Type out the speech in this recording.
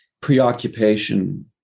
preoccupation